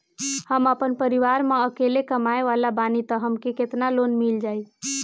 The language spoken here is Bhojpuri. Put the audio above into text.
हम आपन परिवार म अकेले कमाए वाला बानीं त हमके केतना लोन मिल जाई?